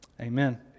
Amen